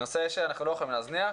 זה נושא שאנחנו לא יכולים להזניח,